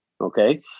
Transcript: okay